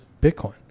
Bitcoin